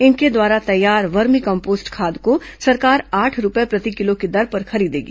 इनके द्वारा तैयार वर्मी कम्पोस्ट खाद को सरकार आठ रूपये प्रति किलो की दर पर खरीदेगी